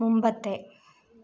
മുമ്പത്തെ